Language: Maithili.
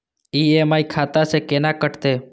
ई.एम.आई खाता से केना कटते?